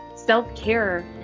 self-care